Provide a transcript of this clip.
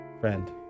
Friend